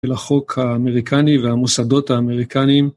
ולחוק האמריקני והמוסדות האמריקניים.